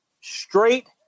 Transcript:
straight